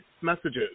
messages